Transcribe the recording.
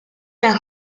una